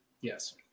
Yes